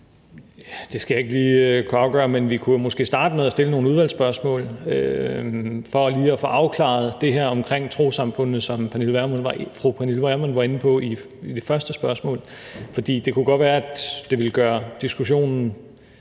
Det skal jeg ikke lige kunne afgøre, men vi kunne måske starte med at stille nogle udvalgsspørgsmål for lige at få afklaret det her omkring trossamfundene, som fru Pernille Vermund var inde på i det første spørgsmål. For det kunne godt være, at det ville gøre diskussionen